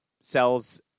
sells